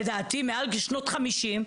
לדעתי מעל גיל 50,